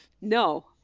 No